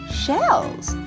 shells